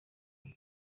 urwo